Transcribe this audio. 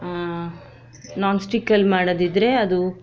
ನಾನ್ಸ್ಟಿಕ್ಕಲ್ಲಿ ಮಾಡೋದಿದ್ದರೆ ಅದು